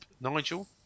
Nigel